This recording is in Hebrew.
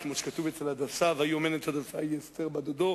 כמו שכתוב אצל הדסה: "ויהי אמן את הדסה היא אסתר בת-דדו".